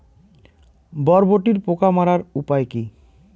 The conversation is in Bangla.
বরবটির পোকা মারার উপায় কি?